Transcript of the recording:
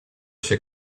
się